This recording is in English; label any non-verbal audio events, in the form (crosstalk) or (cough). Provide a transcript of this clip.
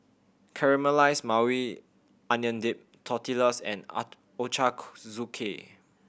Caramelized Maui Onion Dip Tortillas and (unintelligible)